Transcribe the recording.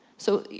so,